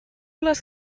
les